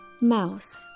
Mouse